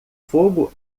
fogo